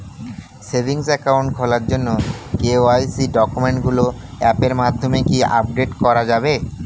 Savings account খোলার জন্য KYC ডকুমেন্টগুলো অ্যাপের মাধ্যমে কি আপডেট করা যাবে?